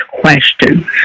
questions